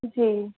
جی